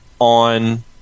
on